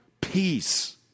peace